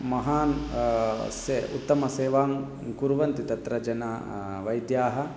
महान् से उत्तमसेवां कुर्वन्ति तत्र जनाः वैद्याः